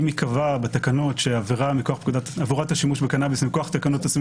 אם ייקבע בתקנות שעבירות השימוש בקנאביס מכוח תקנות הסמים